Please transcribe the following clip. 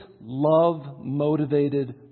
love-motivated